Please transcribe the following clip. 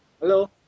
Hello